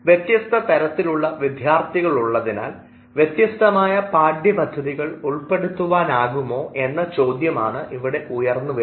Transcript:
വ്യത്യസ്ത തരത്തിലുള്ള വിദ്യാർത്ഥികളുള്ളതിനാൽ വ്യത്യസ്തമായ പാഠ്യപദ്ധതികൾ ഉൾപ്പെടുത്തുവാനാകുമോ എന്ന ചോദ്യമാണ് ഇവിടെ ഉയർന്നു വരുന്നത്